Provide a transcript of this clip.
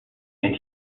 and